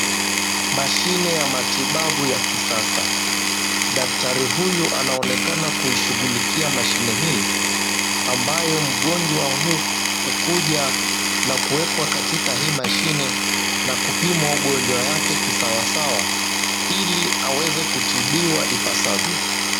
Mashine ya matibabu ya kisasa, daktari huyu anaonekana kushughulikia mashine hii ambayo mgonjwa hukuja na kuwekwa katika hii mashine na kupimwa ugonjwa yake kisawasawa ili aweze kutibiwa ipasavyo.